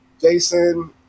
Jason